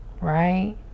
right